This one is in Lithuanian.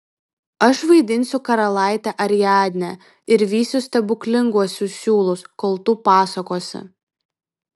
aš vaidinsiu karalaitę ariadnę ir vysiu stebuklinguosius siūlus kol tu pasakosi